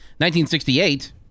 1968